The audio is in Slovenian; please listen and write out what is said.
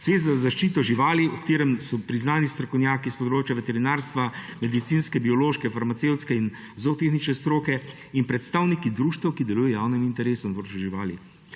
»svet za zaščito živali, sestavljen iz priznanih strokovnjakov s področja veterinarstva, medicinske, biološke, farmacevtske in zootehnične stroke ter predstavnikov društev, ki delujejo v javnem interesu na